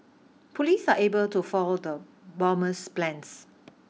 police are able to foil the bomber's plans